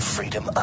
Freedom